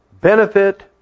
benefit